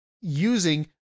using